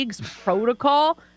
protocol